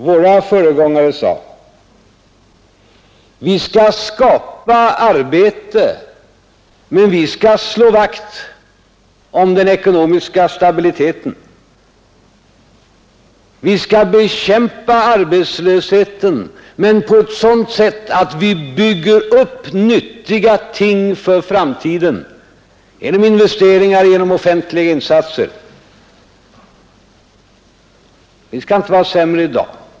Våra föregångare sade: Vi skall skapa arbete, men vi skall slå vakt om den ekonomiska stabiliteten. Vi skall bekämpa arbetslösheten men på ett sådant sätt att vi bygger upp nyttiga ting för framtiden genom investeringar och genom offentliga insatser. Vi skall inte vara sämre i dag.